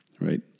right